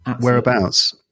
Whereabouts